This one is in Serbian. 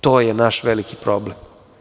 To je naš veliki problem.